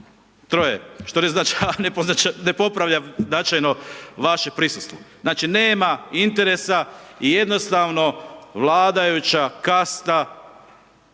troje, što ne popravlja značajno vaše prisustvo. Znači, nema interesa i jednostavno vladajuća kasta